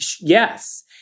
yes